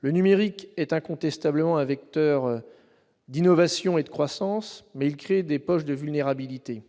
Le numérique est incontestablement un vecteur d'innovation et de croissance, mais il crée des poches de vulnérabilité.